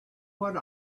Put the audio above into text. what